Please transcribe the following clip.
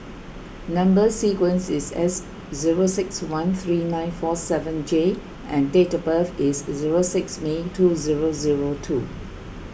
Number Sequence is S zero six one three nine four seven J and date of birth is zero six May two zero zero two